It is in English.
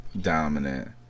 dominant